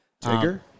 Tiger